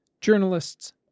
journalists